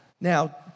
Now